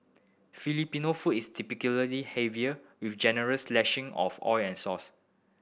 Filipino food is typically heavier with generous lashing of oil and sauce